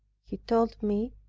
he told me,